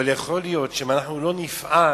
אבל יכול להיות שאם אנחנו לא נפעל,